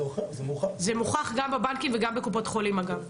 זה מוכח גם בבנקים וגם בקופות החולים אגב,